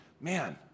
man